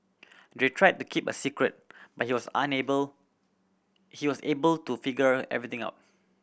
they tried to keep it a secret but he was unable he was able to figure everything out